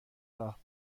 راه